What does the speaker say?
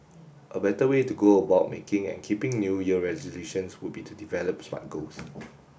a better way to go about making and keeping new year resolutions would be to develop Smart goals